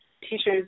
teachers